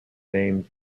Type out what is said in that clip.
named